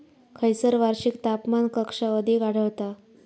खैयसर वार्षिक तापमान कक्षा अधिक आढळता?